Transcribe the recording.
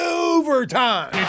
overtime